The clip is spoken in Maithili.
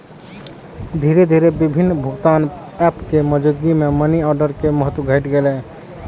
धीरे धीरे विभिन्न भुगतान एप के मौजूदगी मे मनीऑर्डर के महत्व घटि गेलै